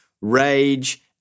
rage